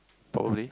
probably